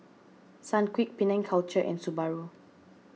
Sunquick Penang Culture and Subaru